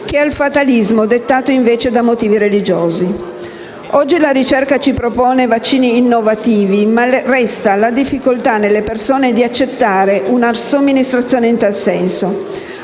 da un fatalismo legato invece a motivi religiosi. Oggi la ricerca ci propone vaccini innovativi, ma resta la difficoltà nelle persone di accettare una somministrazione in tal senso.